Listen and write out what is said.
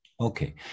Okay